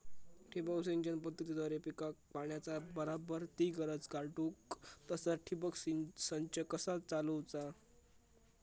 ठिबक सिंचन पद्धतीद्वारे पिकाक पाण्याचा बराबर ती गरज काडूक तसा ठिबक संच कसा चालवुचा?